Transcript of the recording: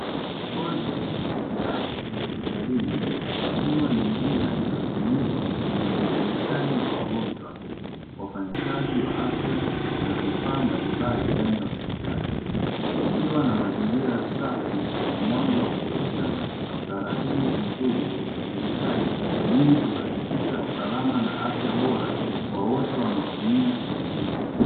Korido ya hospitalini ikiwa ni njia inayotumiwa kwa uhamishaji wa wagonjwa, wafanyakazi wa afya na vifaa mbalimbali ndani ya hospitali ikiwa na mazingira safi yenye mwanga wa kutosha na utaratibu mzuri wa usafirishaji, ili kuhakikisha usalama na afya bora kwa wote wanaotumia eneo hilo.